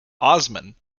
osman